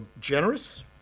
generous